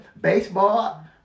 Baseball